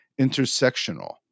intersectional